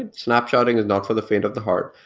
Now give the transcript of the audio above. and snapshotting is not for the faint of the heart,